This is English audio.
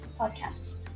podcasts